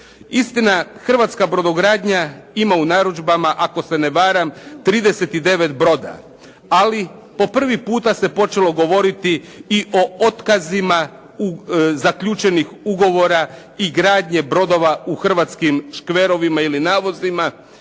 Istina, hrvatska brodogradnja ima u narudžbama ako se ne varam 39 broda, ali po prvi puta se počelo govoriti i o otkazima zaključenih ugovora i gradnje brodova u hrvatskim škverovima ili navozima.